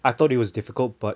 I thought it was difficult but